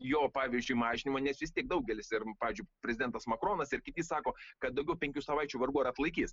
jo pavyzdžiui mažinimo nes vis tiek daugelis ir pavyzdžiui prezidentas makronas ir kiti sako kad daugiau penkių savaičių vargu ar atlaikys